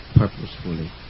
purposefully